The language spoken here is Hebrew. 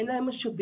אין להם משאבים,